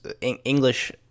English